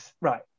Right